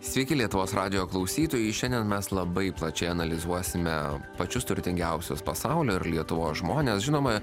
sveiki lietuvos radijo klausytojai šiandien mes labai plačiai analizuosime pačius turtingiausius pasaulio ir lietuvos žmones žinoma